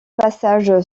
passage